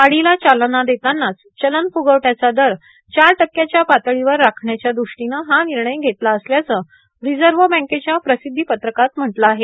वाढीला चालना देतानाच चलन फुगवट्याचा दर चार टक्क्याच्या पातळीवर राखण्याच्या दृष्टीनं हा निर्णय घेतला असल्याचं रिझर्व्ह बँकेच्या प्रसिद्धी पत्रकात म्हटलं आहे